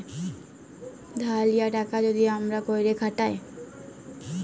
ধার লিয়া টাকা যদি আবার ক্যইরে খাটায়